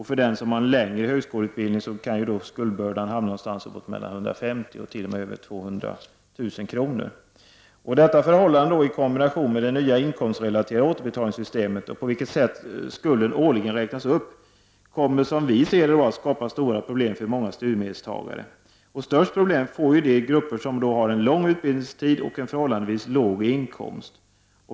För den som har en längre högskoleutbildning kan skuldbördan hamna någonstans uppåt 150 000 och t.o.m. över 200000 kr. Detta förhållande, i kombination med det nya inkomstrelaterade återbetalningssystemet och det sätt på vilket skulden årligen räknas upp, kommer som vi ser det att skapa stora problem för många studiemedelstagare. Störst problem får de grupper som har lång utbildningstid och förhållandevis låg inkomst.